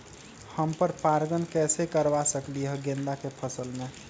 हम पर पारगन कैसे करवा सकली ह गेंदा के फसल में?